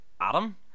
Adam